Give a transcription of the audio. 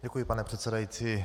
Děkuji, pane předsedající.